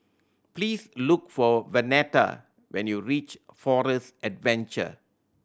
please look for Vernetta when you reach Forest Adventure